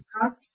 cut